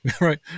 right